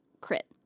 crit